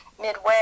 midway